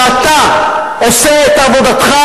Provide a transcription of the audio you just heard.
ואתה עושה את עבודתך,